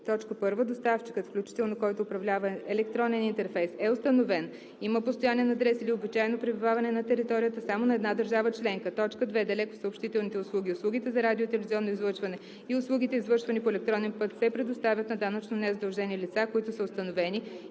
условия: 1. доставчикът, включително който управлява електронен интерфейс е установен, има постоянен адрес или обичайно пребиваване на територията само на една държава членка; 2. далекосъобщителните услуги, услугите за радио- и телевизионно излъчване и услугите, извършвани по електронен път, се предоставят на данъчно незадължени лица, които са установени,